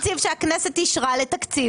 להפוך את התקציב שהכנסת אישרה לתקציב על תנאי.